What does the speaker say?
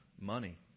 money